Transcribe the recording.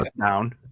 down